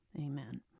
Amen